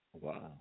Wow